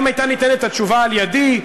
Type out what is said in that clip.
אם הייתה ניתנת התשובה על-ידי,